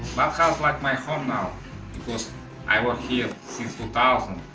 bathhouse like my home now because i work here since two thousand,